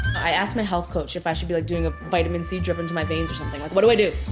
i asked my health coach if i should be like doing a vitamin c drip into my veins or something, like what do i do?